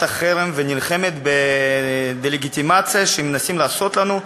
החרם ונלחמת בדה-לגיטימציה שמנסים לעשות לנו,